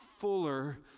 fuller